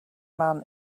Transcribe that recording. man